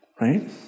right